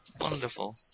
Wonderful